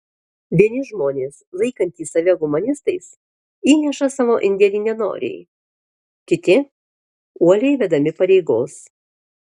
vieni žmonės laikantys save humanistais įneša savo indėlį nenoriai kiti uoliai vedami pareigos